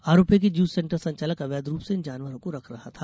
आरोप है कि ज्यूस सेंटर संचालक अवैध रूप से इन जानवरों को रख रहा था